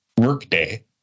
workday